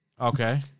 Okay